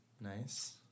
Nice